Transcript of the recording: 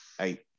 Eight